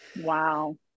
wow